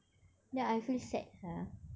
then I feel sad ah